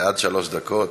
עד שלוש דקות.